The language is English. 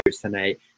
tonight